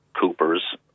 Coopers